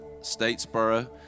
statesboro